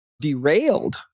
derailed